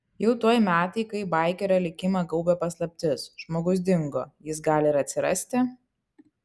jau tuoj metai kai baikerio likimą gaubia paslaptis žmogus dingo jis gali ir atsirasti